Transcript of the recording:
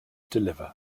deliver